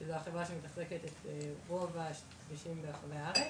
זו החברה שמתחזקת את רוב הכבישים ברחבי הארץ.